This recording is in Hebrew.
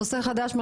נושא חדש?